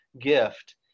gift